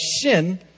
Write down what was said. sin